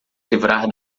livrar